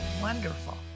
wonderful